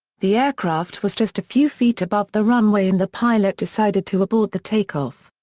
the aircraft was just a few feet above the runway and the pilot decided to abort the take-off.